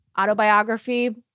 autobiography